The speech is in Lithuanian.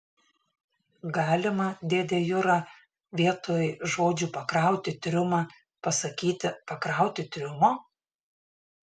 galima dėde jura vietoj žodžių pakrauti triumą pasakyti pakrauti triumo